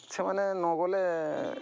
ସେମାନେ ନ ଗଲେ